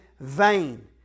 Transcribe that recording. vain